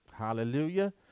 Hallelujah